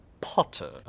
Potter